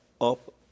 up